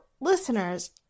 listeners